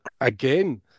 again